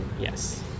yes